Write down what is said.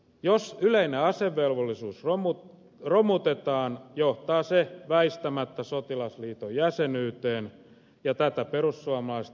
jos yleinen asevelvollisuus romutetaan johtaa se väistämättä sotilasliiton jäsenyyteen ja tätä perussuomalaiset eivät halua